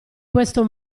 questo